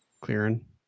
clearing